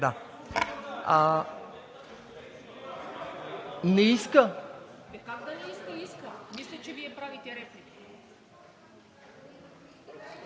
Не иска!